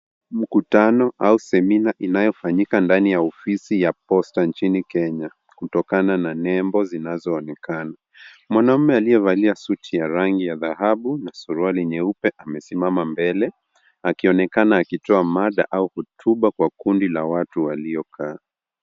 Mkutano au semina inayofanyika ndani ya ofisi ya Posta nchini Kenya, kutokana na nembo zinazoonekana. Mwanaume aliyevalia suti ya rangi ya dhahabu na suruali nyeupe amesimama mbele, akionekana akitoa mada au hotuba kwa kundi la watu waliokaa.